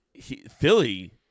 Philly